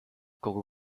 kogu